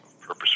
purpose